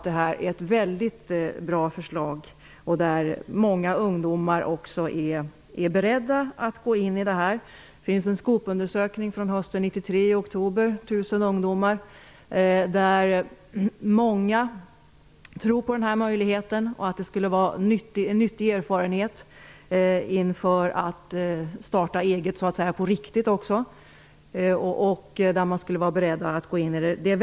Det är ett mycket bra förslag som presenterats, och många ungdomar är beredda att gå in i detta. Det finns en SKOP-undersökning från oktober 1993 bland 1 000 ungdomar som visar att många tror på den här möjligheten. Det skulle vara en nyttig erfarenhet inför att starta eget ''på riktigt'', och man skulle vara beredd att gå in.